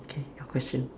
okay your question